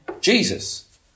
Jesus